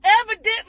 Evidently